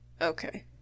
Okay